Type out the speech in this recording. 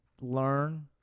learn